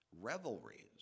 revelries